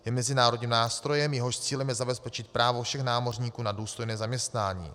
Je mezinárodním nástrojem, jehož cílem je zabezpečit právo všech námořníků na důstojné zaměstnání.